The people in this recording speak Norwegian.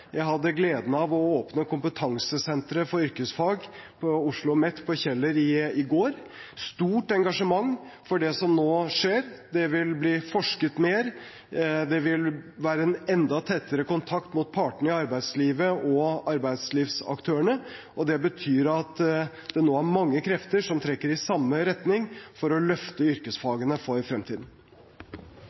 Jeg hadde gleden av å åpne kompetansesenteret for yrkesfag ved OsloMet på Kjeller i går – et stort engasjement for det som nå skjer. Det vil bli forsket mer. Det vil være en enda tettere kontakt mot partene i arbeidslivet og arbeidslivsaktørene, og det betyr at det nå er mange krefter som trekker i samme retning for å løfte yrkesfagene for fremtiden.